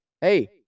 hey